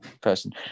person